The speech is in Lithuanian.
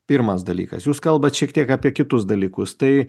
pirmas dalykas jūs kalbat šiek tiek apie kitus dalykus tai